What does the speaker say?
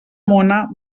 mona